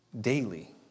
daily